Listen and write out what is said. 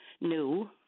new